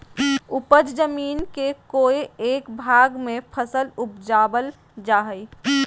उपज जमीन के कोय एक भाग में फसल उपजाबल जा हइ